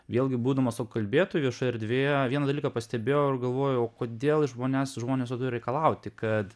vėlgi būdamas tuo kalbėtoju viešoje erdvėje vieną dalyką pastebėjau ir galvojau o kodėl iš manęs žmonės pradėjo reikalauti kad